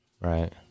Right